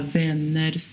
vänner